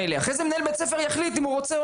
אחרי זה מנהל בית הספר יחליט אם הוא רוצה את הטיול הזה או